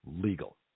legal